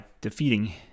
defeating